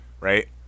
Right